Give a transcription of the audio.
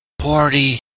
Party